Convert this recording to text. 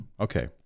okay